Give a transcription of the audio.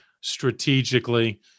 strategically